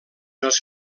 els